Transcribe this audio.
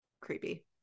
creepy